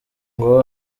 ngo